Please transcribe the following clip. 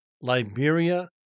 Liberia